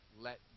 let